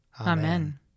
Amen